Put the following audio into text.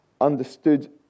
understood